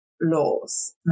laws